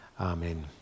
amen